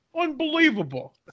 Unbelievable